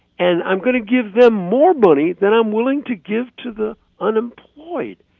and i'm going to give them more money than i'm willing to give to the unemployed.